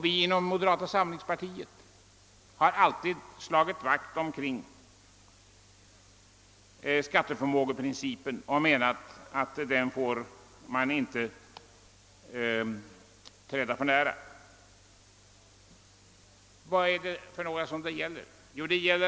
Vi inom moderata samlingspartiet har alltid slagit vakt omkring skatteförmågeprincipen och menat att man inte får träda den för nära. Vilka människor rör det sig då om?